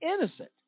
innocent